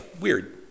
weird